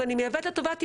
אם אני מייבאת לטובת יצוא,